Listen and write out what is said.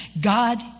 God